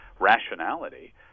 rationality